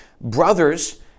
brothers